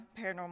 paranormal